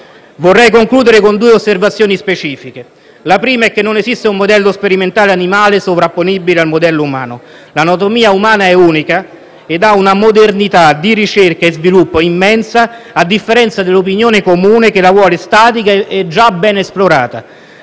Vorrei concludere con due osservazioni specifiche, la prima delle quali è che non esiste un modello sperimentale animale sovrapponibile al modello umano. L'anatomia umana è unica e ha una modernità di ricerca e sviluppo immensa, a differenza dell'opinione comune, che la vuole statica e già ben esplorata,